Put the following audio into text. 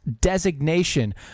designation